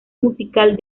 musical